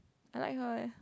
I like her leh